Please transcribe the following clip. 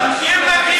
אני לא מוכן.